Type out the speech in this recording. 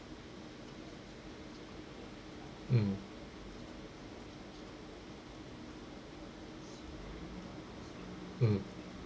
mm mm